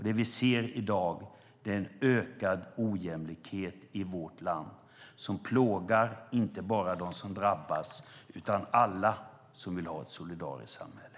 Det vi ser i dag är en ökad ojämlikhet i vårt land som plågar inte bara dem som drabbas utan alla som vill ha ett solidariskt samhälle.